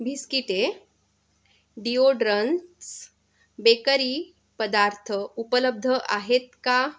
बिस्किटे deodorants bakery पदार्थ उपलब्ध आहेत का